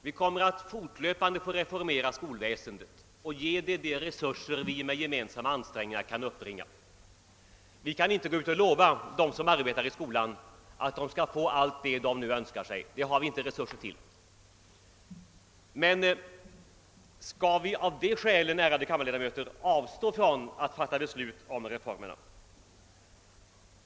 Vi kommer att fortlöpande få reformera skolväsendet och ge det de resurser vi med gemensamma ansträngningar kan uppbringa. Vi kan inte gå ut och lova dem som arbetar i skolan, att de skall få allt det de nu önskar sig. Det har vi inte resurser till. Men skall vi av det skälet, ärade kammarledamöter, avstå från att fatta beslut om reformerna?